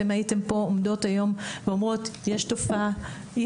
אתן הייתן כאן עומדות היום ואומרות שיש תופעה ואי